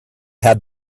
had